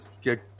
get